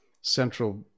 Central